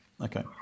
okay